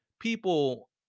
People